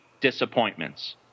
disappointments